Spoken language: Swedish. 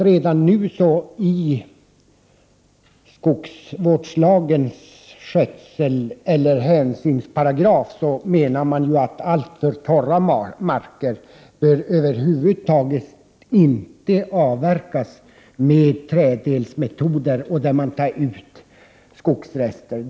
Redan i skogsvårdslagens hänsynsparagraf föreskrivs att alltför torra marker över huvud taget inte bör avverkas med träddelsmetoden, där man tar ut skogsrester.